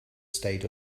stayed